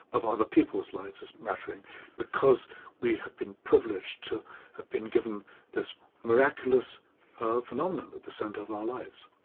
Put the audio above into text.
of other people's lives as mattering because we have been privileged to have been given this miraculous ah phenomenon at the centre of our lives.